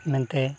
ᱢᱮᱱᱛᱮ